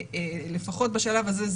לפחות בשלב הזה,